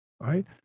Right